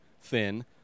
thin